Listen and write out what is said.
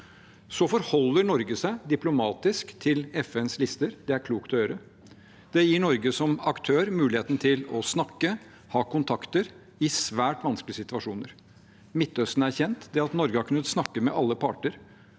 Så forholder Norge seg diplomatisk til FNs lister. Det er klokt å gjøre. Det gir Norge som aktør muligheten til å snakke, ha kontakter i svært vanskelige situasjoner. Midtøsten er kjent. Det at Norge har kunnet snakke med alle parter,